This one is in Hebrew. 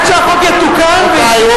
עד שהחוק יתוקן וישופר,